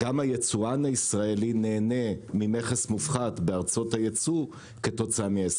היצואן הישראלי נהנה ממכס מופחת בהוצאות הייצוא כתוצאה מההסכם.